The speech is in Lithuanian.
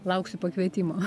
lauksiu pakvietimo